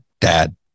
dad